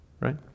right